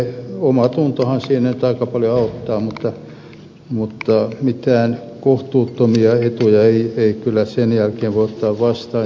omatuntohan siinä nyt aika paljon auttaa mutta mitään kohtuuttomia etuja ei kyllä sen jälkeen voi ottaa vastaan